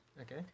Okay